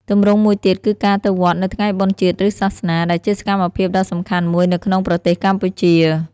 ទម្រង់មួយទៀតគឺការទៅវត្តនៅថ្ងៃបុណ្យជាតិឬសាសនា ដែលជាសកម្មភាពដ៏សំខាន់មួយនៅក្នុងប្រទេសកម្ពុជា។